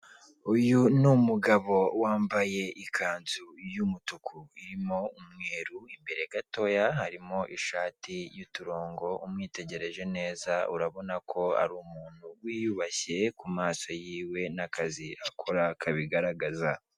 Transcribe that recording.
Uyu ni umugabo wambaye ikanzu y' umutuku irimo umweru, imbere gatoya harimo ishati y' uturongo umwitegereje neza urabona ko ari umuntu wiyubashye ku maso yiwe n' akazi akora kabigaragaza.